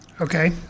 Okay